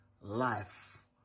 life